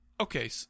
okay